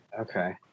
Okay